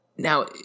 Now